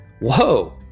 Whoa